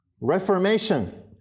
Reformation